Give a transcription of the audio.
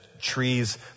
Trees